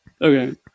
okay